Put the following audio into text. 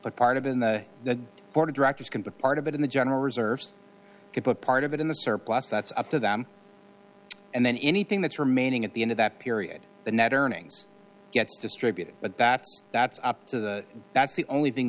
a part of in the board of directors can be part of it in the general reserves to put part of it in the surplus that's up to them and then anything that's remaining at the end of that period the net earnings gets distributed but that's that's up to the that's the only thing